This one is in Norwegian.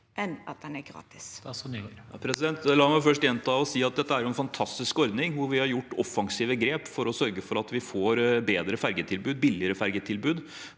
Jon-Ivar Nygård La meg først gjenta og si at dette er en fantastisk ordning, hvor vi har gjort offensive grep for å sørge for at vi får bedre ferjetilbud, billigere ferjetilbud